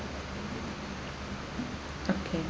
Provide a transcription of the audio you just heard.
okay